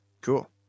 cool